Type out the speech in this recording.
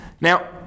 now